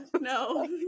no